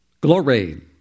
Glory